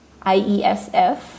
IESF